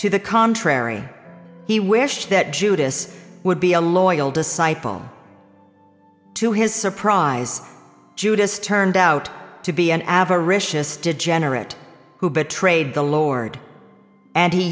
to the contrary he wished that judas would be a loyal disciple to his surprise judas turned out to be an average just degenerate who betrayed the lord and he